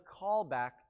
callback